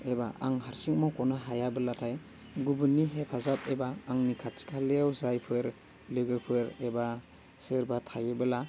एबा आं हारसिङै मावख'नो हायाब्लाथाय गुबुननि हेफाजाब एबा आंनि खाथि खालायाव जायफोर लोगोफोर एबा सोरबा थायोब्ला